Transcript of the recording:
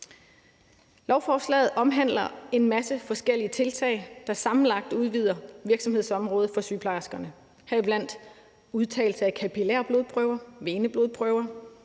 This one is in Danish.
Lovforslaget omhandler en masse forskellige tiltag, der sammenlagt udvider virksomhedsområdet for sygeplejerskerne, heriblandt udtagelse af kapillærblodprøver og veneblodprøver,